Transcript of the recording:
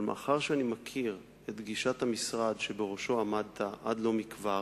אבל מאחר שאני מכיר את גישת המשרד שבראשו עמדת עד לא מכבר,